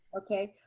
okay.